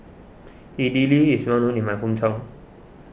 Idili is well known in my hometown